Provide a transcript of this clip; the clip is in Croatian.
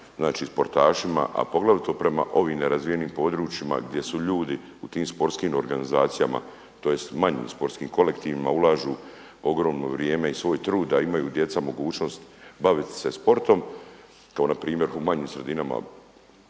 znači sportašima, a poglavito prema ovim nerazvijenim područjima gdje su ljudi u tim sportskim organizacijama, tj. manjim sportskim kolektivima ulažu ogromno vrijeme i svoj trud, a imaju djeca mogućnost baviti se sportom kao na primjer u manjim sredinama